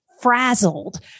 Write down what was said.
frazzled